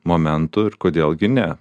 momentų ir kodėl gi ne